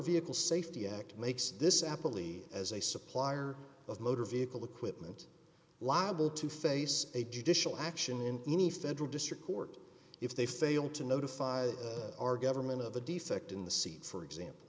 vehicle safety act makes this apple e as a supplier of motor vehicle equipment liable to face a judicial action in any federal district court if they fail to notify the our government of a defect in the seat for example